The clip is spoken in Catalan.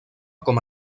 com